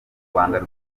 rwanda